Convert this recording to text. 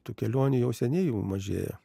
tų kelionių jau seniai mažėja